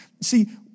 See